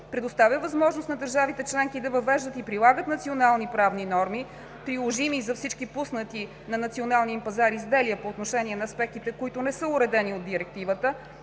предоставя възможност на държавите членки да въвеждат и прилагат национални правни норми, приложими за всички пуснати на националния им пазар изделия по отношение на аспектите, които не са уредени от директивата,